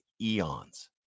eons